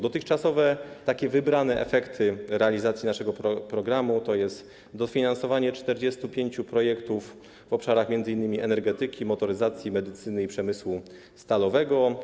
Dotychczasowe wybrane efekty realizacji naszego programu to jest dofinansowanie 45 projektów w obszarach m.in. energetyki, motoryzacji, medycyny i przemysłu stalowego.